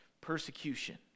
persecution